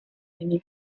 volcanic